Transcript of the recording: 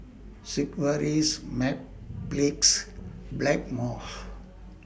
Sigvaris Mepilex Blackmores